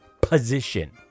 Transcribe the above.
position